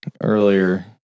earlier